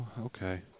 okay